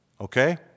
okay